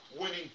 winning